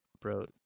Bro